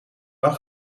dan